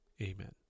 Amen